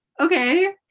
Okay